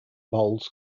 bowls